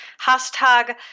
Hashtag